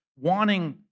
wanting